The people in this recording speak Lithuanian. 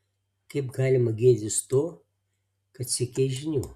kaip galima gėdytis to kad siekei žinių